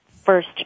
First